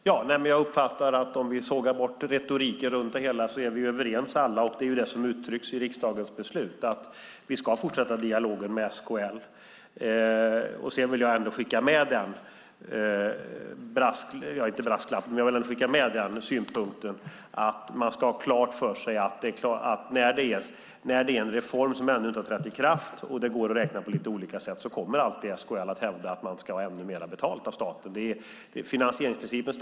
Fru talman! Jag uppfattar att om vi sågar bort retoriken runt det hela är vi alla överens. Det uttrycks i riksdagens beslut att vi ska fortsätta dialogen med SKL. Jag vill ändå skicka med synpunkten att när det är en reform som ännu inte trätt i kraft och det går att räkna på lite olika sätt kommer alltid SKL att hävda att man ska ha ännu mer betalt av staten. Vi står alla för finansieringsprincipen.